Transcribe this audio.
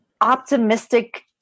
optimistic